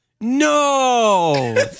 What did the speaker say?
No